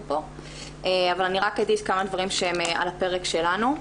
פה אבל אני רק אגיד כמה דברים שהם על הפרק שלנו.